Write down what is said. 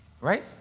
Right